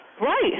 Right